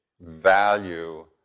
value